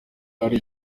ari